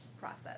process